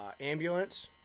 ambulance